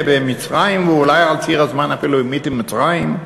במצרים ואולי על ציר הזמן אפילו עימות עם מצרים?